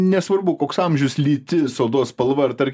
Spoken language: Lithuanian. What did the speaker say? nesvarbu koks amžius lytis odos spalva ar tarkim